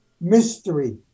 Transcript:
mystery